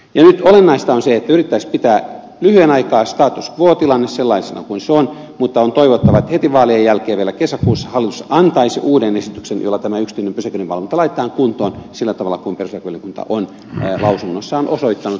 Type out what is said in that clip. nyt olennaista on se että yritettäisiin pitää lyhyen aikaa status quo tilanne sellaisena kuin se on mutta on toivottavaa että heti vaalien jälkeen vielä kesäkuussa hallitus antaisi uuden esityksen jolla tämä yksityinen pysäköinninvalvonta laitetaan kuntoon sillä tavalla kuin perustuslakivaliokunta on lausunnossaan osoittanut